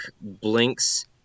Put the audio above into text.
blinks